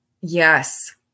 Yes